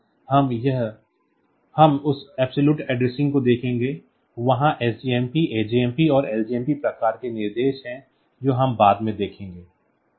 इसलिए हम उस absolute addressing को देखेंगे वहाँ sjmp ajmp और ljmp प्रकार के निर्देश हैं जो हम बाद में देखेंगे